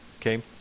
okay